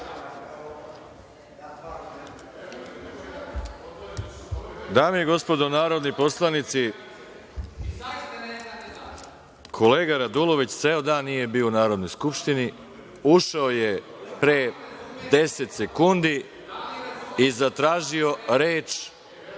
i gospodo narodni poslanici, kolega Radulović ceo dan nije bio u Narodnoj skupštini, ušao je pre deset sekundi i zatražio reč.(Saša